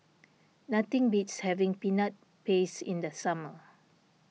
nothing beats having Peanut Paste in the summer